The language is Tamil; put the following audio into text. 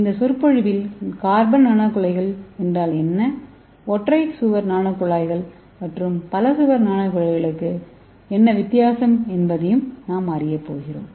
இந்த சொற்பொழிவில் கார்பன் நானோகுழாய்கள் என்றால் என்ன ஒற்றை சுவர் நானோகுழாய்கள் மற்றும் பல சுவர் நானோகுழாய்களுக்கு என்ன வித்தியாசம் என்பதை நாம் அறியப்போகிறோம்